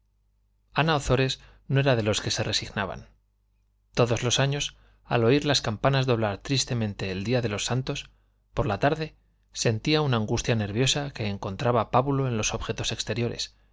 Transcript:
ana ozores no era de los que se resignaban todos los años al oír las campanas doblar tristemente el día de los santos por la tarde sentía una angustia nerviosa que encontraba pábulo en los objetos exteriores